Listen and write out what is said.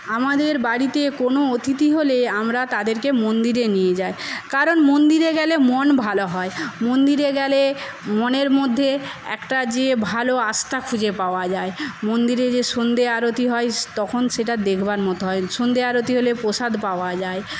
আমাদের বাড়িতে কোনও অতিথি হলে আমরা তাদেরকে মন্দিরে নিয়ে যাই কারণ মন্দিরে গেলে মন ভালো হয় মন্দিরে গেলে মনের মধ্যে একটা যে ভালো আস্থা খুঁজে পাওয়া যায় মন্দিরে যে সন্ধ্যা আরতি হয় স তখন সেটা দেখবার মতো হয় সন্ধ্যা আরতি হলে প্রসাদ পাওয়া যায়